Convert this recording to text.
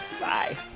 Bye